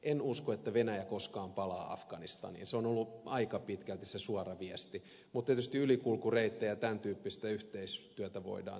en usko että venäjä koskaan palaa afganistaniin se on ollut aika pitkälti se suora viesti mutta tietysti ylikulkureittejä ja tämän tyyppistä yhteistyötä voidaan tehdä